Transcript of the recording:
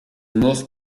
mort